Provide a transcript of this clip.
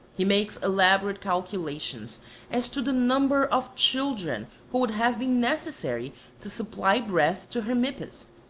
he makes elaborate calculations as to the number of children who would have been necessary to supply breath to hermippus,